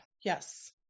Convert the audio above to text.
Yes